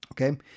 Okay